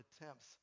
attempts